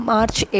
March